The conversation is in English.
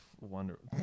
wonderful